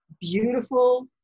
beautiful